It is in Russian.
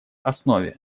основе